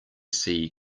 see